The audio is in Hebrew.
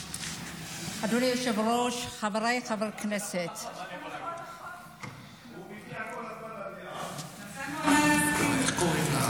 שהוא מנסה מאוד להגיע, הוא מתנצל והוא לא יצליח.